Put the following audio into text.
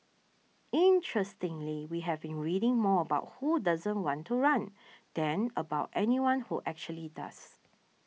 interestingly we have been reading more about who doesn't want to run than about anyone who actually does